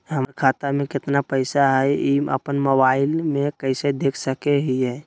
हमर खाता में केतना पैसा हई, ई अपन मोबाईल में कैसे देख सके हियई?